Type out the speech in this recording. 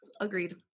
agreed